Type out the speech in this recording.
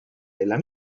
della